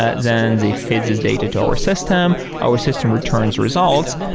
ah then they feed this data to our system. our system returns results.